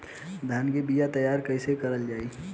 धान के बीया तैयार कैसे करल जाई?